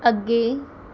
ਅੱਗੇ